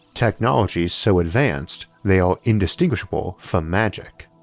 technologies so advanced they are indistinguishable from magic.